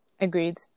Agreed